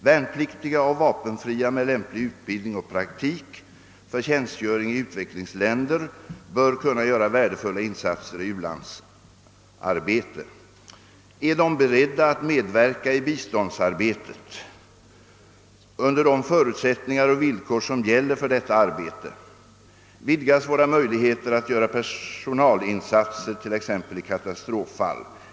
Värnpliktiga och vapenfria med lämplig utbildning och praktik för tjänstgöring i utvecklingsländer bör kunna göra värdefulla insatser i u-landsarbete. är de beredda att medverka i biståndsarbetet under de förutsättningar och villkor som gäller för detta arbete vidgas våra möjligheter att göra personalinsatser, t.ex. i katastroffall.